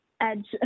EDGE